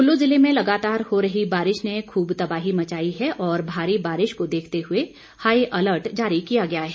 कुल्लू जिले में लगातार हो रही बारिश ने खूब तबाही मचाई है और भारी बारिश को देखते हुए हाई अलर्ट जारी किया गया है